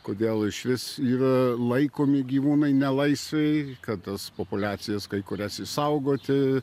kodėl išvis yra laikomi gyvūnai nelaisvėj kad tas populiacijas kai kurias išsaugoti